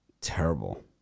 terrible